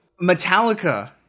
Metallica